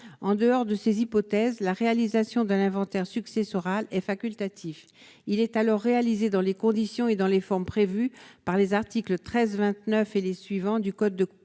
en dehors de ces hypothèses, la réalisation d'un inventaire successoral est facultatif, il est alors réalisée dans les conditions et dans les formes prévues par les articles 13 29 et les suivants du Code de procédure